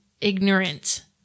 ignorant